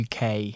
uk